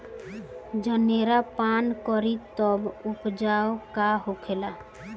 जनेरा पान करी तब उपचार का होखेला?